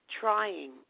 trying